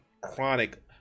chronic